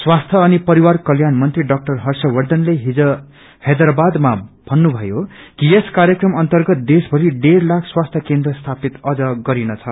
स्वास्थ्य अनि परिवार कल्याण मंत्री ड़ा हर्षवर्षनले हिज हैदाराबादमा भन्नुमयो कि यस कार्यक्रम अर्न्तगत देशमरि डेढ़लाख स्वास्थ्य केनद्र स्यापित अम्न गरिनछ